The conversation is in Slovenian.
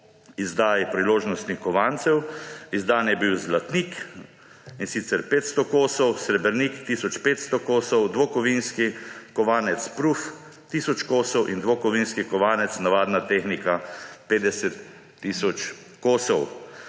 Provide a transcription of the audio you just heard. izdaji priložnostnih kovancev. Izdan je bil zlatnik, in sicer 500 kosov, srebrnik tisoč 500 kosov, dvokovinski kovanec, proof, tisoč kosov in dvokovinski kovanec, navadna tehnika, 50 tisoč kosov.